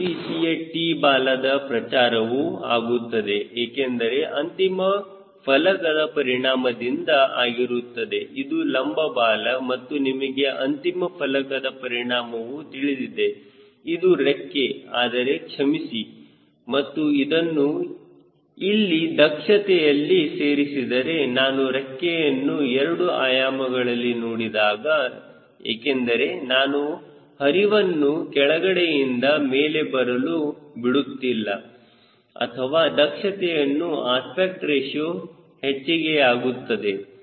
ಇನ್ನೊಂದು ರೀತಿಯ T ಬಾಲದ ಪ್ರಚಾರವು ಆಗುತ್ತದೆ ಏಕೆಂದರೆ ಅಂತಿಮ ಫಲಕದ ಪರಿಣಾಮದಿಂದ ಆಗಿರುತ್ತದೆ ಇದು ಲಂಬ ಬಾಲ ಮತ್ತು ನಿಮಗೆ ಅಂತಿಮ ಫಲಕದ ಪರಿಣಾಮವು ತಿಳಿದಿದೆ ಇದು ರೆಕ್ಕೆ ಆದರೆ ಕ್ಷಮಿಸಿ ಮತ್ತು ಅದನ್ನು ಇಲ್ಲಿ ದಕ್ಷತೆಯಲ್ಲಿ ಸೇರಿಸಿದರೆ ನಾನು ರೆಕ್ಕೆಯನ್ನು 2 ಆಯಾಮಗಳಲ್ಲಿ ನೋಡಿದಾಗ ಏಕೆಂದರೆ ನಾನು ಹರಿತವನ್ನು ಕೆಳಗಡೆಯಿಂದ ಮೇಲೆ ಬರಲು ಬಿಡುತ್ತಿಲ್ಲ ಅಥವಾ ದಕ್ಷತೆಯಲ್ಲಿ ಅಸ್ಪೆಕ್ಟ್ ರೇಶಿಯೋ ಹೆಚ್ಚಿಗೆಯಾಗುತ್ತದೆ